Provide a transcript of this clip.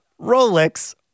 Rolex